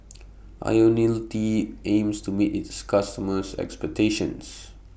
Ionil T aims to meet its customers' expectations